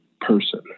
person